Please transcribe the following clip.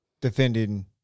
defending